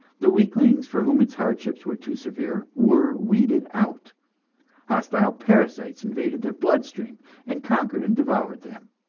the weaklings, for whom its hardships were too severe, were weeded out hostile parasites invaded their blood-stream and conquered and devoured them.